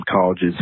colleges